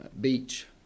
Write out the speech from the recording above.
Beach